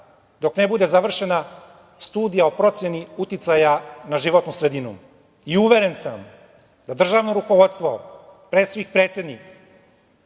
dok ne bude završena studija o proceni uticaja na životnu sredinu. Uveren sam da državno rukovodstvo, pre svih predsednik,